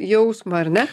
jausmą ar ne